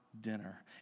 dinner